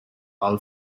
all